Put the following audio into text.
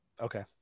Okay